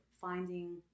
finding